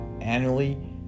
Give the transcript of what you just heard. annually